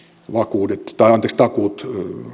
takuut